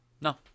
No